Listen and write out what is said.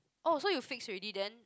oh so you fix already then